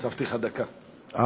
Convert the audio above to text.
הוספתי לך דקה, לא שמת לב.